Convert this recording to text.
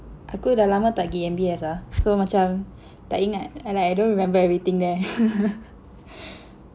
aku dah lama tak pergi M_B_S ah so macam tak ingat and I don't remember everything there